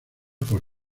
por